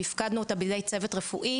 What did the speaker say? והפקדנו אותה בידי צוות רפואי.